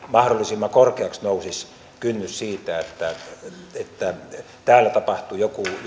mahdollisimman korkeaksi nousisi kynnys sille että täällä tapahtuu jotakin